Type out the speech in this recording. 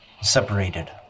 separated